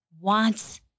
wants